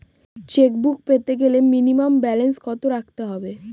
Chequebook পেতে গেলে minimum balance কত রাখতে হবে?